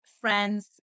friends